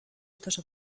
estos